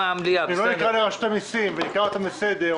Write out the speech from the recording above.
אם לא נקרא לרשות המיסים או נקרא אותם לסדר,